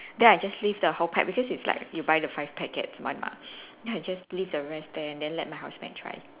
then I just leave the whole pack because it's like you buy the five packets one mah then I just leave the rest there then let my husband try